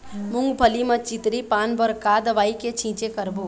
मूंगफली म चितरी पान बर का दवई के छींचे करबो?